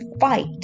fight